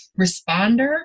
responder